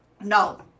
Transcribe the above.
No